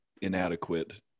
inadequate